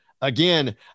Again